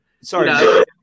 Sorry